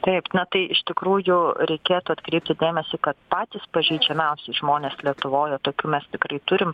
taip na tai iš tikrųjų reikėtų atkreipti dėmesį kad patys pažeidžiamiausi žmonės lietuvoj o tokių mes tikrai turim